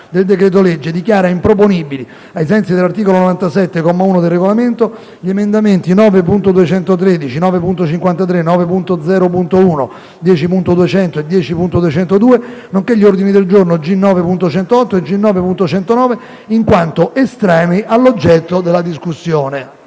del decreto-legge, dichiara improponibili, ai sensi dell'articolo 97, comma 1, del Regolamento, gli emendamenti 9.213, 9.53, 9.0.1, 10.200 e 10.202, nonché gli ordini del giorno G9.108 e G9.109, in quanto estranei all'oggetto della discussione.